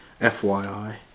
FYI